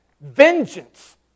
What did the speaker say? Vengeance